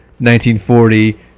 1940